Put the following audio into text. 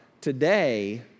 Today